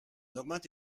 augmente